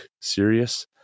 serious